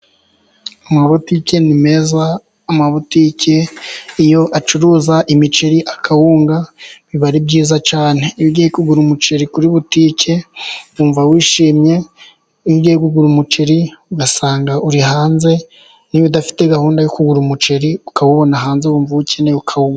Amabutike ni meza, amabutike iyo acuruza imiceri, akawunga biba ari byiza cyane. Iyo ugiye kugura umuceri kuri butike wumva wishimye, ugiye kugura umuceri ugasanga uri hanze, niba udafite gahunda yo kubura umuceri, ukawubona hanze wumva uwukeneye, ukawugura.